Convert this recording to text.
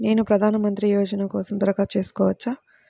నేను ప్రధాన మంత్రి యోజన కోసం దరఖాస్తు చేయవచ్చా?